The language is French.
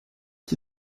qui